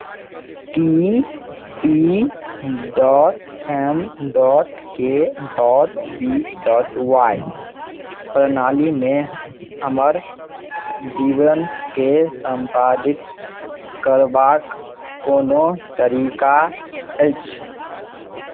T P dot M dot K dot B dot Y प्रणालीमे हमर विवरणकेँ सम्पादित करबाक कोनो तरीका अछि